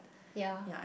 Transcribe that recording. ya